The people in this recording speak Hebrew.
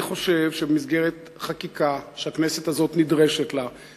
אני חושב שבמסגרת חקיקה שהכנסת הזאת נדרשת לה,